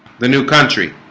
the new country